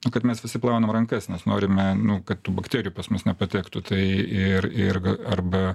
nu kad mes visi plaunam rankas nes norime nu kad tų bakterijų pas mus nepatektų tai ir ir ga arba